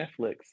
Netflix